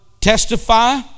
testify